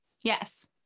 yes